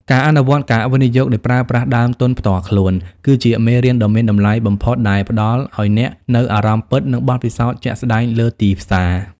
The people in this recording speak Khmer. ការអនុវត្តការវិនិយោគដោយប្រើប្រាស់ដើមទុនផ្ទាល់ខ្លួន គឺជាមេរៀនដ៏មានតម្លៃបំផុតដែលផ្ដល់ឱ្យអ្នកនូវអារម្មណ៍ពិត និងបទពិសោធន៍ជាក់ស្ដែងលើទីផ្សារ។